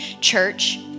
church